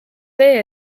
see